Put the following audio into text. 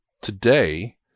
today